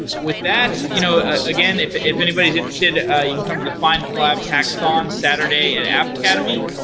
with that, you know again, if if anybody is interested, ah you can come to the findcollabs hackathon, saturday at app academy,